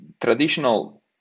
Traditional